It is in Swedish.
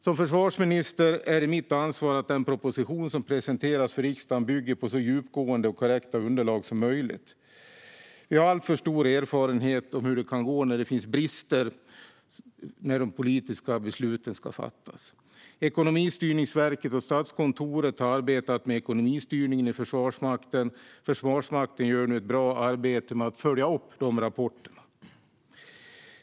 Som försvarsminister är det mitt ansvar att den proposition som presenteras för riksdagen bygger på så djupgående och korrekta underlag som möjligt. Jag har alltför stor erfarenhet av hur det kan gå när det finns brister när de politiska besluten ska fattas. Ekonomistyrningsverket och Statskontoret har arbetat med ekonomistyrningen i Försvarsmakten, och Försvarsmakten gör nu ett bra arbete med att följa upp de rapporterna.